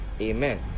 amen